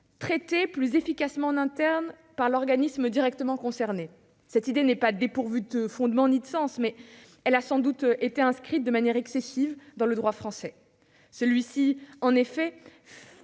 traitée plus efficacement en interne par l'organisme directement concerné. Cette idée n'est pas dépourvue de fondement, mais elle a sans doute été inscrite de manière excessive dans le droit français. Celui-ci fait